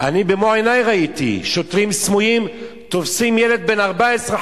במו עיני ראיתי שוטרים סמויים תופסים ילד בן 14,